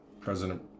President